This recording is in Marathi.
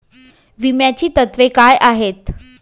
विम्याची तत्वे काय आहेत?